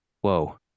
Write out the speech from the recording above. Whoa